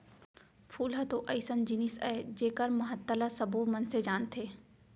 फूल ह तो अइसन जिनिस अय जेकर महत्ता ल सबो मनसे जानथें